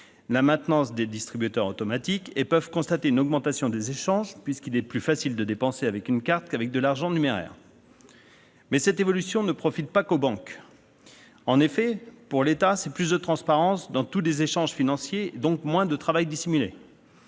la maintenance des distributeurs automatiques de billets, et peuvent constater une augmentation des échanges, puisqu'il est plus facile de dépenser avec une carte qu'avec de l'argent numéraire. Mais cette évolution ne profite pas qu'aux banques ! Pour l'État, c'est plus de transparence sur tous les échanges financiers, donc moins de travail dissimulé.